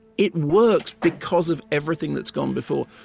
it works because of everything that's gone before.